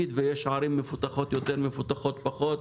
ויש ערים מפותחות יותר ומפותחות פחות?